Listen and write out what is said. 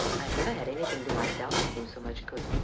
i've never had anything do my self-esteem so much good.